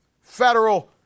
federal